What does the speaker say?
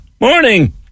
Morning